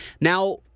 now